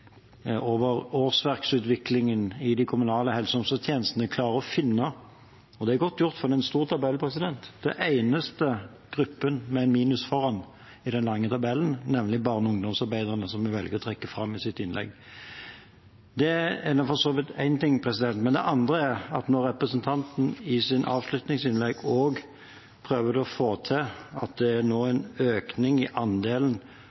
årsverksutviklingen i de kommunale helse- og omsorgstjenestene, klarer å finne – og det er godt gjort, for det er en stor tabell – den eneste gruppen med en minus foran seg i den lange tabellen, nemlig barne- og ungdomsarbeiderne, som hun velger å trekke fram i sitt innlegg. Det er én ting. Det andre er at når representanten i sitt avslutningsinnlegg også prøvde å få det til å være slik at det nå er en økning i andelen